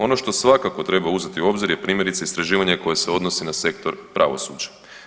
Ono što svakako treba uzeti u obzir je primjerice istraživanje koje se odnosi na sektor pravosuđa.